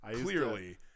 clearly